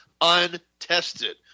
untested